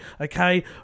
Okay